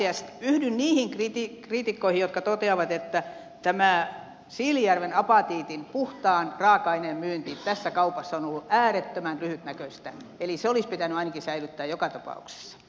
ja yhdyn niihin kriitikkoihin jotka toteavat että tämä siilinjärven apatiitin puhtaan raaka aineen myynti tässä kaupassa on ollut äärettömän lyhytnäköistä eli se olisi pitänyt ainakin säilyttää joka tapauksessa